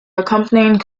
accompanying